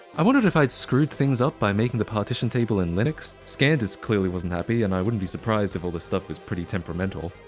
i wondered if i'd screwed things up by making the partition table in linux. scandisk clearly wasn't happy and i wouldn't be surprised if all this stuff was pretty temperamental.